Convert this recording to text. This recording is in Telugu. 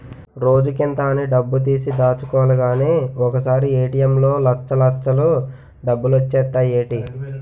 రోజుకింత అని డబ్బుతీసి దాచుకోలిగానీ ఒకసారీ ఏ.టి.ఎం లో లచ్చల్లచ్చలు డబ్బులొచ్చేత్తాయ్ ఏటీ?